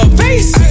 face